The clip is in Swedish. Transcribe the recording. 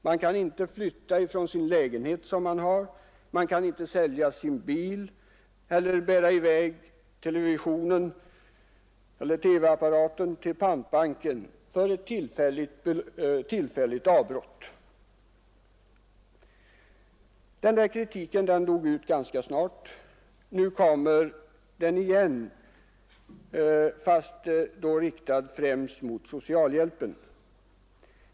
Man kan inte flytta från den lägenhet man har, man kan inte sälja sin bil eller bära TV-apparaten till pantbanken vid ett tillfälligt avbrott i arbetet. Den där kritiken dog ut ganska snart. Nu kommer den igen, fastän då riktad främst mot socialhjälpen.